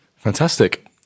Fantastic